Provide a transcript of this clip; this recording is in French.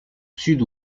sud